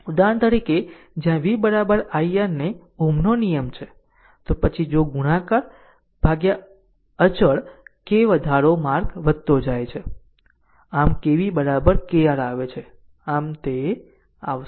ઉદાહરણ તરીકે જ્યાં v i R ને Ω નો નિયમ છે તો પછી જો ગુણાકાર અચળ k વધારો માર્ગ વધતો જાય છે આમ KV KR આવે છે આમ તે આવશે